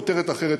כותרת אחרת,